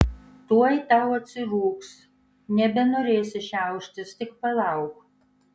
tuoj tau atsirūgs nebenorėsi šiauštis tik palauk